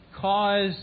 cause